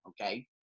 okay